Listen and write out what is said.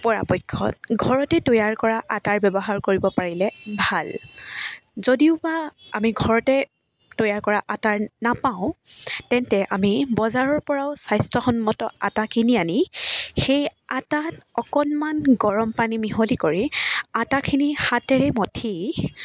পৰাপক্ষত ঘৰতে তৈয়াৰ কৰা আটাৰ ব্যৱহাৰ কৰিব পাৰিলে ভাল যদিওবা আমি ঘৰতে তৈয়াৰ কৰা আটা নাপাওঁ তেন্তে আমি বজাৰৰ পৰাও স্বাস্থ্যসন্মত আটা কিনি আনি সেই আটাত অকণমান গৰমপানী মিহলি কৰি আটাখিনি হাতেৰে মঠি